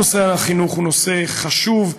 נושא החינוך הוא נושא חשוב,